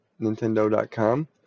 Nintendo.com